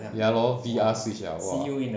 ya lor V_R switch liao !wah!